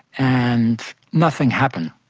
and nothing happened.